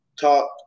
Talk